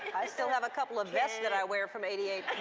i still have a couple of vests that i wear from eighty eight.